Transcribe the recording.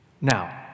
Now